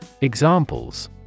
Examples